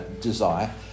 desire